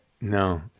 no